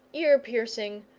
ear piercing,